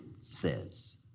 says